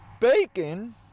bacon